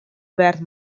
verd